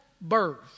birth